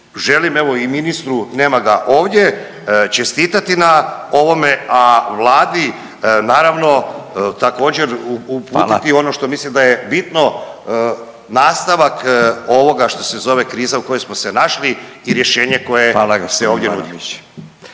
želim evo i ministru nema ga ovdje čestitati na ovome, a Vladi naravno također uputiti … …/Upadica Radin: Hvala./… … ono što mislim da je bitno nastavak ovoga što se zove kriza u kojoj smo se našli i rješenje koje se ovdje nudi.